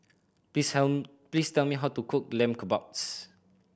please tell please tell me how to cook Lamb Kebabs